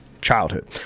childhood